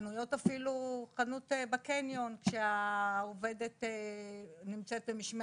אפילו חנות בקניון שהעובדת נמצאת במשמרת,